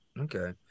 Okay